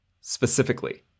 specifically